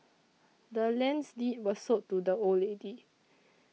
the land's deed was sold to the old lady